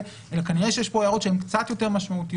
אלא כנראה שיש כאן הערות שהן קצת יותר משמעותיות.